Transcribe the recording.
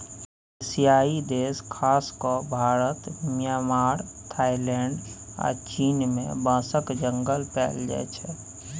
एशियाई देश खास कए भारत, म्यांमार, थाइलैंड आ चीन मे बाँसक जंगल पाएल जाइ छै